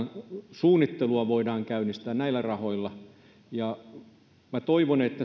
suunnittelua voidaan käynnistää näillä rahoilla ja minä toivon että